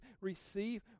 receive